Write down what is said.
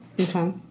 okay